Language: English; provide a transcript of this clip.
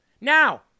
Now